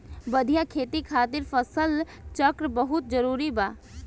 बढ़िया खेती खातिर फसल चक्र बहुत जरुरी बा